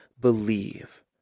believe